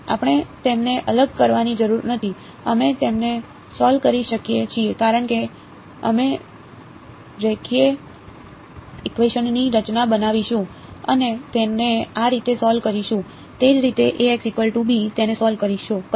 આપણે તેમને અલગ કરવાની જરૂર નથી અમે તેમને સોલ્વ કરી શકીએ છીએ કારણ કે અમે રેખીય ઇકવેશનની રચના બનાવીશું અને તેને આ રીતે સોલ્વ કરીશું તે જ રીતે તેને સોલ્વ કરશે